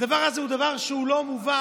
הדבר הזה הוא דבר לא מובן.